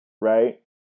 right